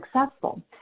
successful